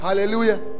hallelujah